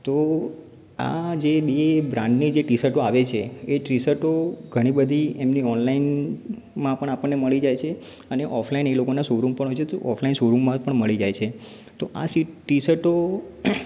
તો આ જે બે બ્રાન્ડની જે ટી શર્ટો આવે છે એ ટી શર્ટો ઘણી બધી એમની ઑનલાઈનમાં પણ આપણને મળી જાય છે અને ઑફલાઈન એ લોકોના શો રૂમ હોય છે તો શો રૂમ પર પણ મળી જાય છે તો આ સીટ ટી શર્ટો